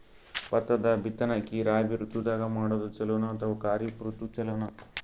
ಭತ್ತದ ಬಿತ್ತನಕಿ ರಾಬಿ ಋತು ದಾಗ ಮಾಡೋದು ಚಲೋನ ಅಥವಾ ಖರೀಫ್ ಋತು ಚಲೋನ?